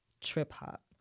trip-hop